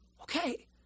okay